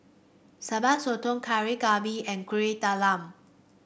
Sambal Sotong Kari Babi and Kuih Talam